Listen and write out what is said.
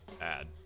add